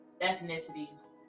ethnicities